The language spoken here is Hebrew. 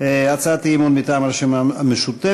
להצעת אי-אמון מטעם הרשימה המשותפת: